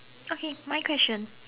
okay my question